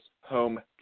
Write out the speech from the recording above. home